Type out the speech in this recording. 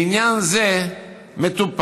ועניין זה מטופל